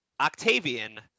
Octavian